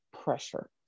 pressure